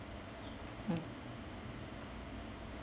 mm